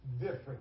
different